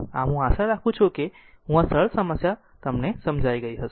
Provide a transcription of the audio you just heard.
આમ આ હું આશા રાખું છું કે હું આ સરળ સમસ્યા તમને સમજાઈ ગઈ હશે